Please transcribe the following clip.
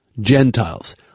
Gentiles